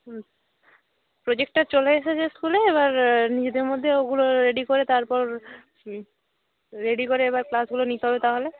হুম projector চলে এসেছে স্কুলে এবার নিজেদের মধ্যে ওগুলো রেডি করে তারপর রেডি করে এবার ক্লাসগুলো নিতে হবে তাহলে